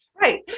Right